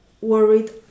worried